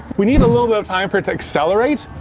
we need a little bit of time for it to accelerate,